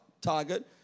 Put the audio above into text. target